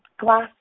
glass